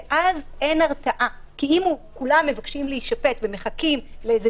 ואז אין הרתעה כי אם כולם מבקשים להישפט ומחכים לאיזו